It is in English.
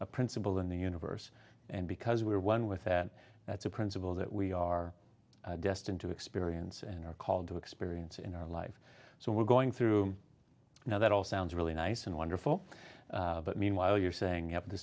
a principle in the universe and because we are one with that that's a principle that we are destined to experience and are called to experience in our life so we're going through now that all sounds really nice and wonderful but meanwhile you're saying